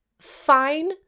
Fine